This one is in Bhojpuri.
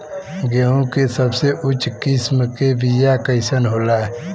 गेहूँ के सबसे उच्च किस्म के बीया कैसन होला?